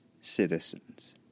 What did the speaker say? citizens